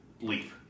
leap